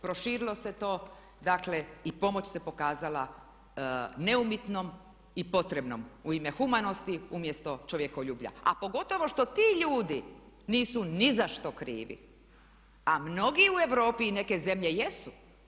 Proširilo se to, dakle i pomoć se pokazala neumitnom i potrebnom u ime humanosti, umjesto čovjekoljublja, a pogotovo što ti ljudi nisu ni za što krivi, a mnogi u Europi i neke zemlje jesu.